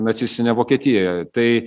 nacistinę vokietiją tai